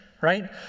right